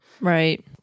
Right